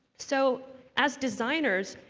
so as designers,